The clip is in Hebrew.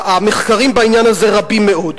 המחקרים בעניין הזה רבים מאוד.